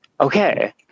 Okay